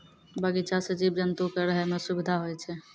बगीचा सें जीव जंतु क रहै म सुबिधा होय छै